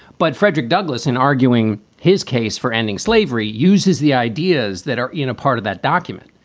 but frederick douglass, in arguing his case for ending slavery, uses the ideas that are in a part of that document.